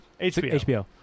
HBO